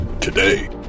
today